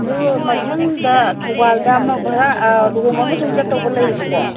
ꯑꯗꯨ ꯃꯊꯪꯗ ꯊꯧꯕꯥꯜꯗ ꯑꯃ ꯚꯔꯥ ꯂꯨꯍꯣꯡꯕ ꯑꯃꯁꯨ ꯑꯃꯨꯛ ꯆꯠꯇꯧꯕ ꯂꯩꯌꯦꯕꯀꯣ